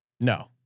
No